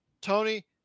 Tony